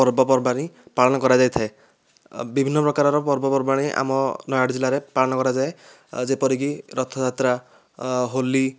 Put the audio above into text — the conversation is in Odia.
ପର୍ବପର୍ବାଣି ପାଳନ କରାଯାଇଥାଏ ବିଭିନ୍ନ ପ୍ରକାରର ପର୍ବପର୍ବାଣି ଆମ ନୟାଗଡ଼ ଜିଲ୍ଲାରେ ପାଳନ କରାଯାଏ ଯେପରିକି ରଥଯାତ୍ରା ହୋଲି